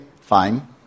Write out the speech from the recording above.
fine